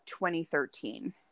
2013